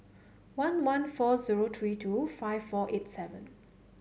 one one four zero three two five four eight seven